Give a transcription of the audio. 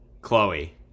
Chloe